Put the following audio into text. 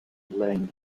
lane